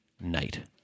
night